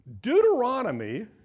Deuteronomy